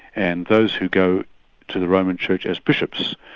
and those who go to the roman church as bishops,